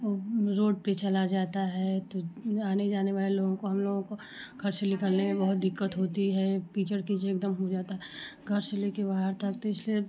वो रोड पे चला जाता है तो आने जाने वाले लोगों को हम लोगों को घर से निकलने में बहुत दिक्कत होती है कीचड़ कीचड़ एकदम हो जाता है घर से लेके बाहर तक तो इसलिए